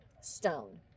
stone